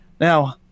now